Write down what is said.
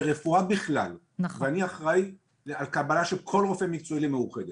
ברפואה בכלל ואני אחראי על קבלה של כל רופא מקצועי לקופת החולים מאוחדת,